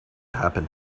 happened